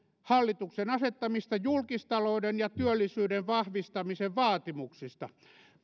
hallituksen asettamista julkistalouden ja työllisyyden vahvistamisen vaatimuksista